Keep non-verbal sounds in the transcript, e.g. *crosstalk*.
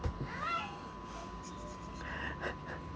*laughs*